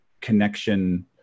connection